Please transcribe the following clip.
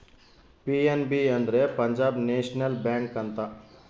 PNB ಅಂದ್ರೆ Punjab national bank ಅಂತ